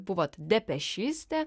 buvot depešistė